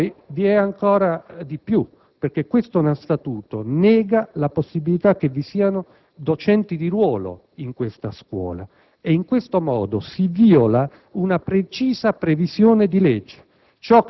Vi è ancora di più perché questo statuto nega la possibilità che vi siano docenti di ruolo in questa scuola. In questo modo si vìola una precisa previsione di legge: